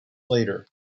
later